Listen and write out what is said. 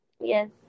Yes